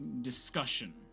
discussion